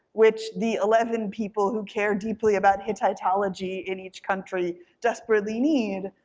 which the eleven people who care deeply about hittitology in each country desperately need,